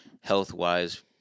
health-wise